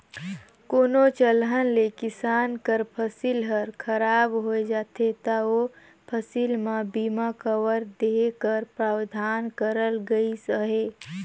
कोनोच अलहन ले किसान कर फसिल हर खराब होए जाथे ता ओ फसिल में बीमा कवर देहे कर परावधान करल गइस अहे